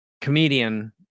comedian